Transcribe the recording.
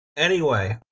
anyway.